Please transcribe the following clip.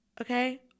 okay